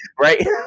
right